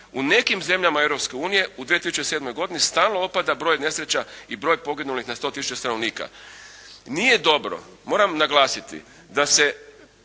u nekim zemljama Europske unije u 2007. godini stalno opada broj nesreća i broj poginulih na 100 tisuća stanovnika. Nije dobro, moram naglasiti, da